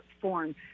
form